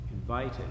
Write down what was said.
invited